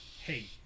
Hey